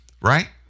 right